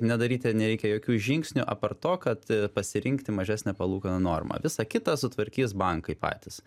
nedaryti nereikia jokių žingsnių apart to kad pasirinkti mažesnę palūkanų normą visa kita sutvarkys bankai patys